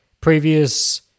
previous